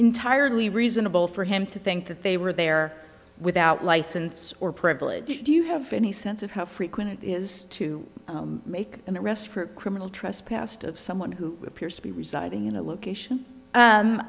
entirely reasonable for him to think that they were there without license or privilege do you have any sense of how frequent it is to make an arrest for criminal trespassed of someone who appears to be residing in a location